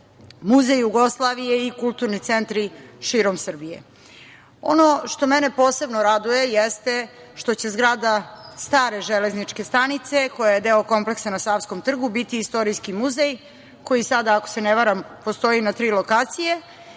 Muzej Jugoslavije i kulturni centri širom Srbije. Ono što mene posebno raduje jeste što će zgrada stare železničke stanice, koja je deo kompleksa na Savskom trgu, biti istorijski muzej, koji sada, ako se ne varam, postoji na tri lokacije,